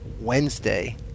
Wednesday